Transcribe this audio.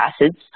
acids